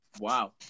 Wow